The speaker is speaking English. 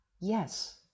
Yes